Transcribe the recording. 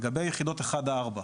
לגבי יחידות אחד ארבע,